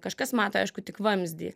kažkas mato aišku tik vamzdį